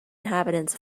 inhabitants